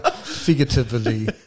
Figuratively